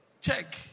check